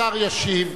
השר ישיב.